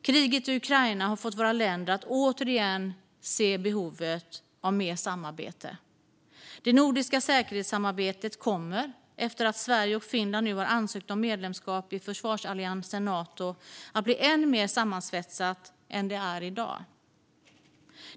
Kriget i Ukraina har fått våra länder att återigen se behovet av mer samarbete. Det nordiska säkerhetssamarbetet kommer efter att Sverige och Finland nu har ansökt om medlemskap i försvarsalliansen Nato att bli än mer sammansvetsat än det är i dag.